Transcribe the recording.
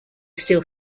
still